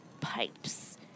pipes